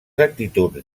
actituds